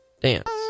dance